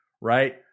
right